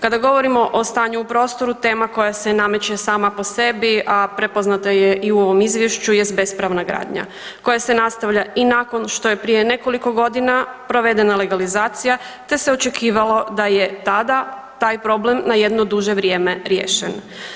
Kada govorimo o stanju u prostoru tema koja se nameće sama po sebi, a prepoznata je i u ovom izvješću jest bespravna gradnja koja se nastavlja i nakon što je prije nekoliko godina provedena legalizacija, te se očekivalo da je tada taj problem na jedno duže vrijeme riješen.